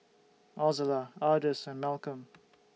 Ozella Ardis and Malcolm